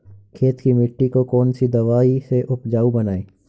खेत की मिटी को कौन सी दवाई से उपजाऊ बनायें?